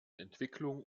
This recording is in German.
entwicklung